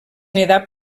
nedar